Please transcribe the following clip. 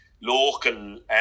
local